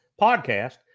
podcast